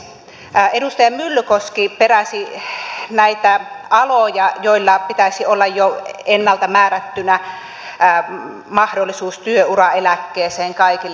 edustaja myllykoski peräsi näitä aloja joilla pitäisi olla jo ennalta määrättynä mahdollisuus työuraeläkkeeseen kaikille